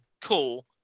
Cool